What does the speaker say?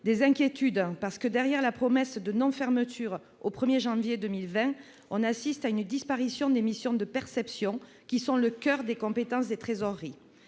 de points d'accueil. Derrière la promesse de non-fermeture au 1 janvier 2020, on assiste à une disparition des missions de perception, qui sont le coeur des compétences des trésoreries.